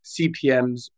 CPMs